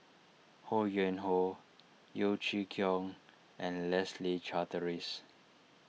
Ho Yuen Hoe Yeo Chee Kiong and Leslie Charteris